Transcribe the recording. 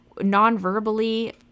non-verbally